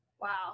wow